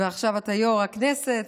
ועכשיו אתה יושב-ראש הכנסת.